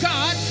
God